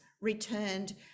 returned